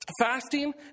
fasting